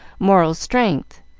moral strength,